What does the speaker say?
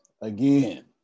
Again